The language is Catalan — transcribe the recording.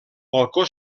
balcó